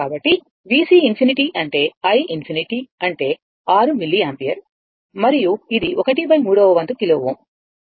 కాబట్టి VC ∞ అంటే i ∞ అంటే 6 మిల్లియాంపియర్ మరియు ఇది ⅓ వంతు కిలో Ω